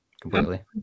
completely